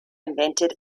invented